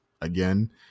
again